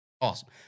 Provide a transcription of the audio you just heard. Awesome